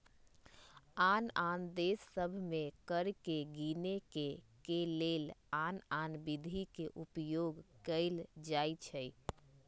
आन आन देश सभ में कर के गीनेके के लेल आन आन विधि के उपयोग कएल जाइ छइ